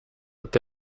até